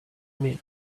meal